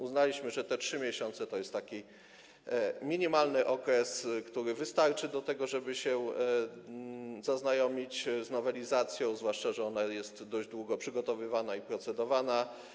Uznaliśmy, że 3 miesiące to jest taki minimalny okres, który wystarczy do tego, żeby się zaznajomić z nowelizacją, zwłaszcza że ona była dość długo przygotowywana i dość długo nad nią procedowano.